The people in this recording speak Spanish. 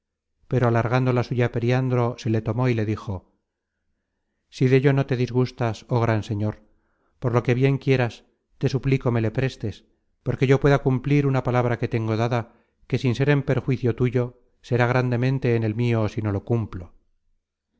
pero alargando la suya periandro se le tomó y le dijo si dello no te disgustas oh gran señor por lo que bien quieres te suplico me le prestes porque yo pueda cumplir una palabra que tengo dada que sin ser en perjuicio tuyo será grandemente en el mio si no lo cumplo